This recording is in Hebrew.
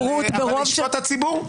שבת קשה עברה עלינו,